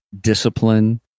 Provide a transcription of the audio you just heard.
discipline